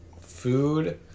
food